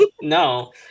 No